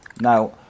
Now